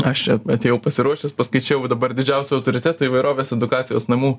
aš čia atėjau pasiruošęs paskaičiau va dabar didžiausią autoritetą įvairovės edukacijos namų